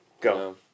go